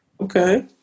Okay